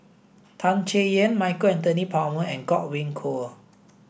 Tan Chay Yan Michael Anthony Palmer and Godwin Koay